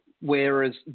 whereas